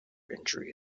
injury